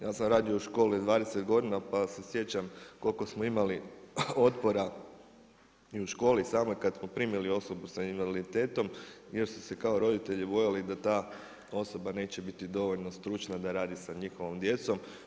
Ja sam radio u školi 20 godina, pa se sjećam koliko smo imali otpora i u školi samoj kad smo primili osobu s invaliditetom, jer su se roditelji bojali da ta osoba neće biti dovoljno stručna da radi sa njihovom djecom.